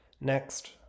Next